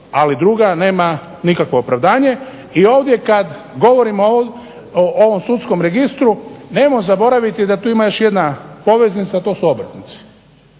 ali druga nema nikakvo opravdanje. I ovdje kad govorimo o ovom sudskom registru nemojmo zaboraviti da tu ima još jedna poveznica, a to obrtnici